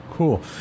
Cool